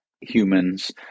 humans